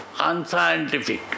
unscientific